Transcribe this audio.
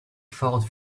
fought